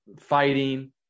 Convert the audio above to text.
fighting